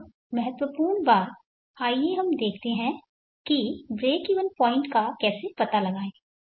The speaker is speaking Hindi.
अब महत्वपूर्ण बात आइए हम देखते हैं कि ब्रेक इवन पॉइंट का कैसे पता लगाएं